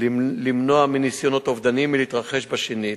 למנוע מניסיונות אובדניים להתרחש בשנית.